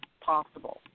possible